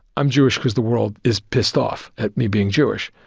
i'm jewish cause the world is pissed off at me being jewish.